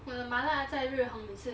我的麻辣在日日红每次